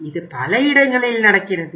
இது பல இடங்களில் நடக்கிறது